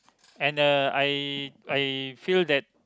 and uh I I feel that